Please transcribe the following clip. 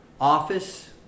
office